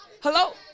Hello